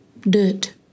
Dirt